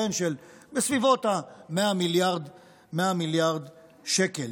בסביבות ה-100 מיליארד שקל.